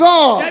God